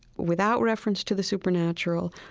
without reference to the supernatural,